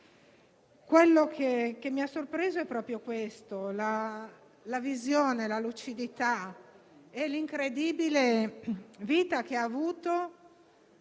Ciò che mi ha sorpreso è proprio la visione, la lucidità e l'incredibile vita che ha vissuto